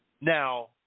Now